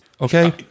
okay